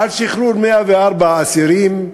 על שחרור 104 האסירים,